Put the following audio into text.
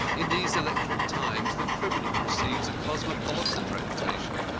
in these electric times the criminal receives a cosmopolitan reputation.